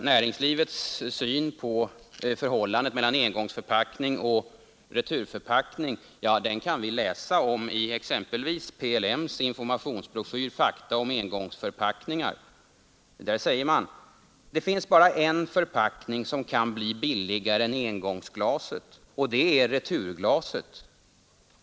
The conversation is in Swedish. Näringslivets syn på förhållandet mellan engångsförpackning och returförpackning, den kan vi läsa om i exempelvis PLM:s informationsbroschyr Fakta om engångsförpackningar. Där säger man: ”Det finns bara en förpackning som kan bli billigare än engångsglaset och det är returglaset.